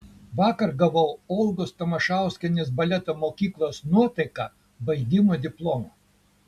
vakar gavau olgos tamašauskienės baleto mokyklos nuotaika baigimo diplomą